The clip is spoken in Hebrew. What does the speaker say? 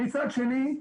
מצד שני,